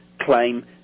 claim